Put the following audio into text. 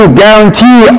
guarantee